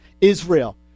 Israel